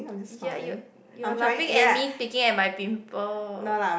ya you're you're laughing at me picking at my pimple